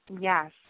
Yes